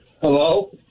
Hello